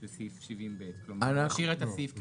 זה סעיף 70(ב), כלומר להשאיר את הסעיף כלשונו.